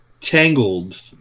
Tangled